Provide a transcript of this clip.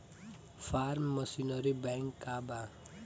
Form machinery bank का बा?